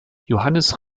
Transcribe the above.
johannes